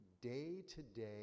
day-to-day